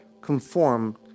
conformed